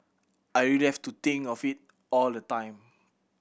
I really have to think of it all the time